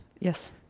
yes